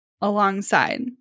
alongside